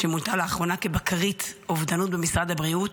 שמונתה לאחרונה כבקרית אובדנות במשרד הבריאות.